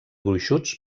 gruixuts